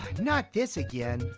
not this again.